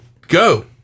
go